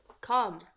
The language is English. come